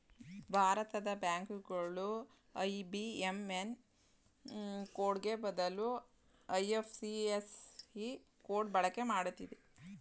ಭಾರತದ ಬ್ಯಾಂಕ್ ಗಳು ಐ.ಬಿ.ಎಂ.ಎನ್ ಕೋಡ್ಗೆ ಬದಲು ಐ.ಎಫ್.ಎಸ್.ಸಿ ಕೋಡ್ ಬಳಕೆ ಮಾಡುತ್ತಿದೆ